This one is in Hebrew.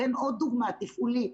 אני אתן עוד דוגמא, תפעולי.